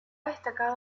destacado